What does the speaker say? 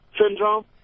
syndrome